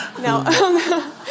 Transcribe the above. No